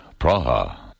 Praha